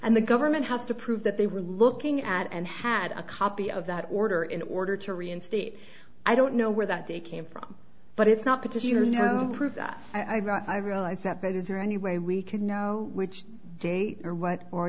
and the government has to prove that they were looking at and had a copy of that order in order to reinstate i don't know where that day came from but it's not petitioners now prove that i got i realize that but is there any way we can know which date or what or